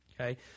Okay